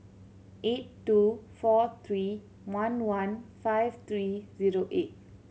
eight two four three one one five three zero eight